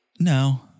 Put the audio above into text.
No